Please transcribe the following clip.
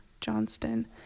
Johnston